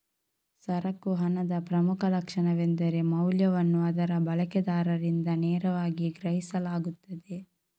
ಸರಕು ಹಣದ ಪ್ರಮುಖ ಲಕ್ಷಣವೆಂದರೆ ಮೌಲ್ಯವನ್ನು ಅದರ ಬಳಕೆದಾರರಿಂದ ನೇರವಾಗಿ ಗ್ರಹಿಸಲಾಗುತ್ತದೆ